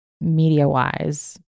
media-wise